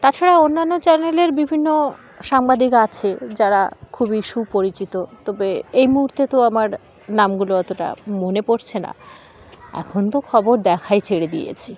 তাছাড়া অন্যান্য চ্যানেলের বিভিন্ন সাংবাদিক আছে যারা খুবই সুপরিচিত তবে এই মুহূর্তে তো আমার নামগুলো অতটা মনে পড়ছে না এখন তো খবর দেখাই ছেড়ে দিয়েছি